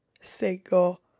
single